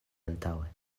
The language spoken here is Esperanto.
antaŭe